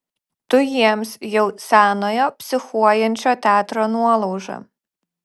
tu jiems jau senojo psichuojančio teatro nuolauža